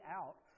out